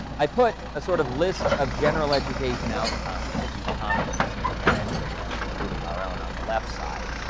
i put a sort of list of general education outcomes that you commonly see in gened and programs including our own on the left side.